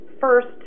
First